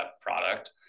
product